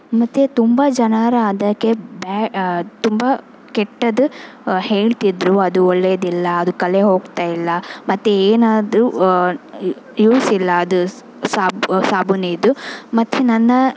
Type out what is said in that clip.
ಮತ್ತು ತುಂಬ ಜನರು ಅದಕ್ಕೆ ಬ್ಯಾ ತುಂಬ ಕೆಟ್ಟದು ಹೇಳ್ತಿದ್ದರು ಅದು ಒಳ್ಳೆಯದಿಲ್ಲ ಅದು ಕಲೆ ಹೋಗ್ತಾ ಇಲ್ಲ ಮತ್ತು ಏನಾದರೂ ಯೂಸ್ ಇಲ್ಲ ಅದು ಸಾಬೂನಿನದು ಮತ್ತು ನನ್ನ